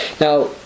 Now